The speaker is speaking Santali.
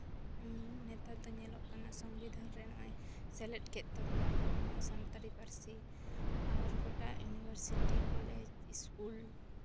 ᱱᱮᱛᱟᱨ ᱫᱚ ᱧᱮᱞᱚᱜ ᱠᱟᱱᱟ ᱥᱚᱝᱵᱤᱫᱷᱟᱱ ᱨᱮ ᱱᱚᱜᱼᱚᱭ ᱥᱮᱞᱮᱫ ᱠᱮᱫ ᱛᱟᱵᱚᱱᱟᱠᱚ ᱱᱚᱣᱟ ᱥᱟᱱᱛᱟᱲᱤ ᱯᱟᱹᱨᱥᱤ ᱟᱨ ᱜᱳᱴᱟ ᱩᱱᱤᱵᱷᱟᱨᱥᱤᱴᱤ ᱠᱚᱞᱮᱡᱽ ᱤᱥᱠᱩᱞ